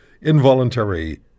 involuntary